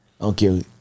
Okay